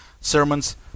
Sermons